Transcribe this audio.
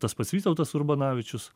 tas pats vytautas urbanavičius